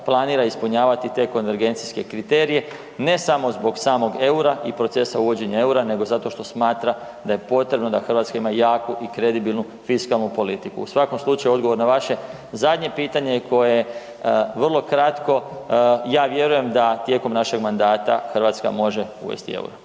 planira ispunjavati te konvergencijske kriterije, ne samo zbog samog EUR-a i procesa uvođenja EUR-a nego zato što smatra da je potrebno da Hrvatska ima jaku i kredibilnu fiskalnu politiku. U svakom slučaju odgovor na vaše zadnje pitanje koje je vrlo kratko, ja vjerujem da tijekom našeg mandata Hrvatska može uvesti EUR-o.